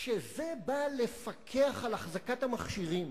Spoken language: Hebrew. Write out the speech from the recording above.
כשזה בא לפקח על אחזקת המכשירים,